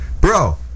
Bro